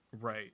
Right